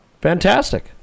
Fantastic